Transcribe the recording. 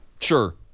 Sure